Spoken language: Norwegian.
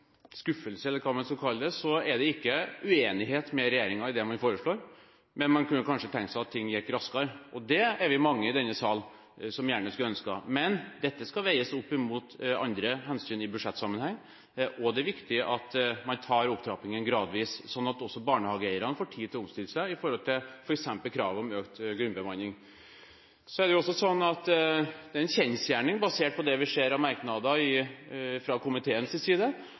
skuffelse – eller hva man skal kalle det – ikke er uenige med regjeringen i det som foreslås, men man kunne kanskje tenke seg at ting gikk raskere, og det er vi mange i denne sal som gjerne skulle ønsket. Men dette skal veies opp mot andre hensyn i budsjettsammenheng, og det er viktig at man tar opptrappingen gradvis, sånn at også barnehageeierne får tid til å omstille seg med hensyn til f.eks. kravet om økt grunnbemanning. Det er også en kjensgjerning, basert på det vi ser av merknader fra komiteens side, at med Høyre blir det dyrere barnehageplasser, med Fremskrittspartiet blir det ingen opptrapping i